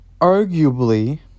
arguably